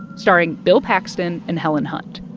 starring bill paxton and helen hunt.